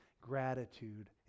gratitude